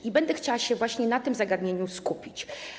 I będę chciała się właśnie na tym zagadnieniu skupić.